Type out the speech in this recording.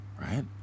right